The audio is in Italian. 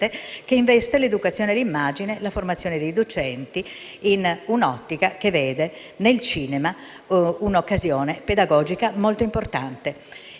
che investe l'educazione all'immagine e la formazione dei docenti, in un'ottica che vede nel cinema un'occasione pedagogica molto importante.